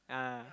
ah